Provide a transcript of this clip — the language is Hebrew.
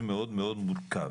זה מאוד מאוד מוכר,